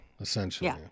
essentially